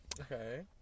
Okay